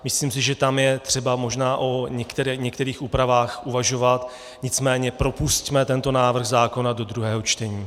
Myslím si, že tam je třeba možná o některých úpravách uvažovat, nicméně propusťme tento návrh zákona do druhého čtení.